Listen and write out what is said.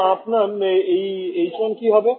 তো আপনার এইচ 1 কী হবে